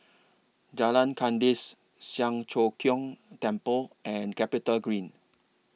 Jalan Kandis Siang Cho Keong Temple and Capitagreen